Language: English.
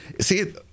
See